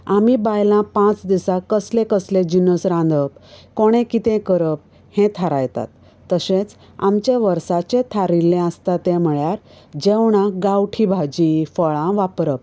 आमी बायलां पांच दिसांक कसलें कसलें जिनस रांदप कोणें कितें करप हें थरयतात तशेंच आमचें वर्साचें थरयल्लें आसता तें म्हणल्यार जेवणांक गांवठी भाजी फळां वापरप